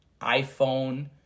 iPhone